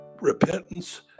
repentance